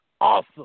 awesome